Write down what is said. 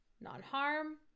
non-harm